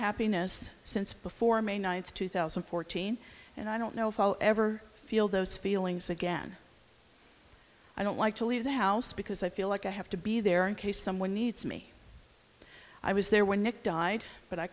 happiness since before may ninth two thousand and fourteen and i don't know if i'll ever feel those feelings again i don't like to leave the house because i feel like i have to be there in case someone needs me i was there when nick died but i